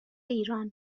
ایران